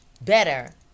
better